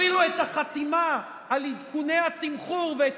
אפילו את החתימה על עדכוני התמחור ואת